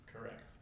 Correct